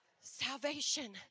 salvation